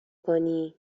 کنی